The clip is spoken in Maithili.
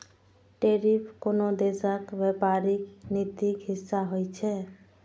टैरिफ कोनो देशक व्यापारिक नीतिक हिस्सा होइ छै